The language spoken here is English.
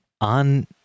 on